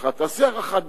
תעשה הערכת ביניים,